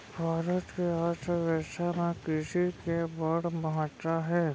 भारत के अर्थबेवस्था म कृसि के बड़ महत्ता हे